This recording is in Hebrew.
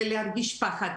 ולהרגיש פחד,